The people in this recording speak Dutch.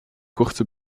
korte